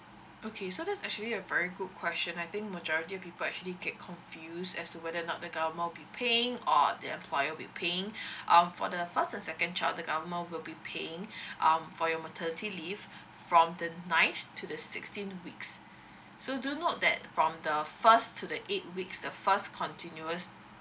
okay so that's actually a very good question I think majority of people actually get confused as to whether or not the government will be paying or the employer will be paying um for the first and second child the government will be paying um for your maternity leave from the nineth to the sixteenth weeks so do note that from the first to the eighth weeks the first continuous